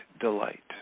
delight